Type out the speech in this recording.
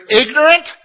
ignorant